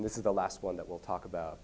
this is the last one that will talk about